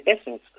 essence